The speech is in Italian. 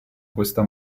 questa